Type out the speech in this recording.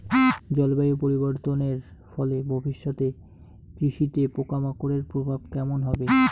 জলবায়ু পরিবর্তনের ফলে ভবিষ্যতে কৃষিতে পোকামাকড়ের প্রভাব কেমন হবে?